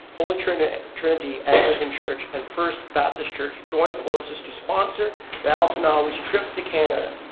holy trinity trinity anglican church, and first baptist church joined forces to sponsor the altanowy's trip to canada.